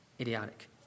idiotic